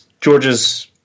Georgia's